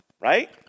right